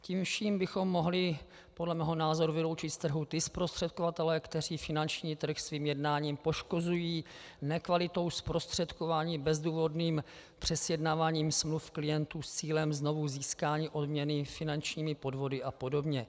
Tím vším bychom mohli podle mého názoru vyloučit z trhu ty zprostředkovatele, kteří finanční trh svým jednáním poškozují nekvalitou zprostředkování, bezdůvodným přesjednáváním smluv klientů s cílem získání odměny finančními podvody apod.